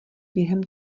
během